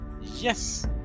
yes